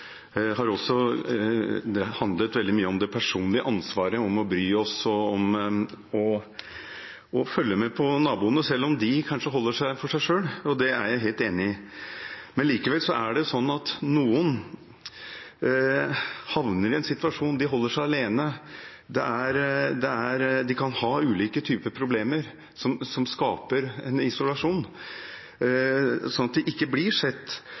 har også handlet veldig mye om det personlige ansvaret for å bry seg og om å følge med på naboene selv om de kanskje holder seg for seg selv. Det er jeg helt enig i. Likevel er det sånn at noen havner i en situasjon der de holder seg alene fordi de kan ha ulike typer problemer som skaper en isolasjon slik at de ikke blir sett.